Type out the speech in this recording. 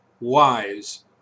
Wise